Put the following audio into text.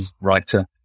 writer